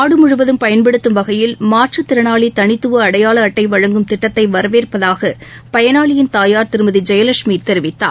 நாடு முழுவதும் பயன்படுத்தும் வகையில் மாற்றுத் திறனாளி தனித்துவ அடையாள அட்டை வழங்கும் திட்டத்தை வரவேற்பதாக பயனாளியின் தாயார் திருமதி ஜெயலட்சுமி தெரிவித்தார்